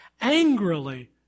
angrily